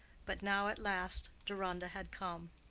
but now at last deronda had come.